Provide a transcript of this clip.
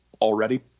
already